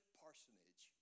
parsonage